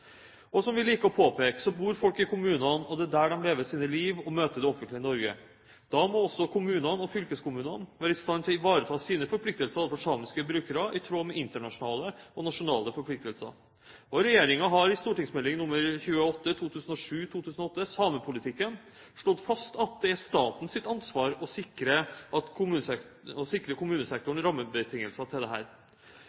i kommunene, og det er der de lever sine liv og møter det offentlige Norge. Da må også kommunene og fylkeskommunene være i stand til å ivareta sine forpliktelser overfor samiske brukere i tråd med internasjonale og nasjonale forpliktelser. Og regjeringen har i St.meld. nr. 28 for 2007–2008, Samepolitikken, slått fast at det er statens ansvar å sikre kommunesektoren rammebetingelser til dette. Kommuneproposisjonen slår også fast at